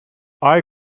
eye